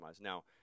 Now